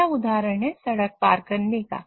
अगला उदाहरण है सड़क पार करने का